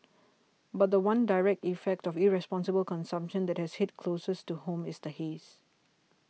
but the one direct effect of irresponsible consumption that has hit closest to home is the haze